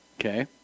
Okay